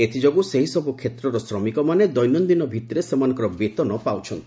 ଏଥିଯୋଗୁଁ ସେହିସବୁ କ୍ଷେତ୍ରର ଶ୍ରମିକମାନେ ଦୈନନ୍ଦିନ ଭିତ୍ତିରେ ସେମାନଙ୍କର ବେତନ ପାଉଛନ୍ତି